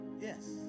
Yes